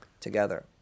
together